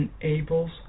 enables